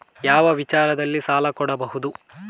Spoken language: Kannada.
ಯಾವ ವಿಚಾರದಲ್ಲಿ ಸಾಲ ಕೊಡಬಹುದು?